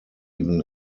even